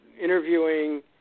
interviewing